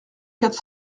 quatre